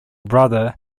brother